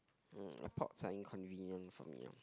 mm airports are inconvenient for me ah